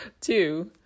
Two